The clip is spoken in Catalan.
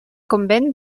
convent